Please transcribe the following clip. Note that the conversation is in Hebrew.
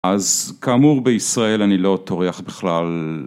אז כאמור בישראל אני לא טורח בכלל...